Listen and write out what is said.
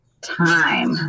Time